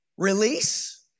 Release